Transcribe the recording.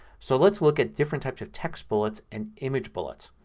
so let's look at different types of text bullets and image bullets.